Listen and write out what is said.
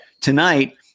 tonight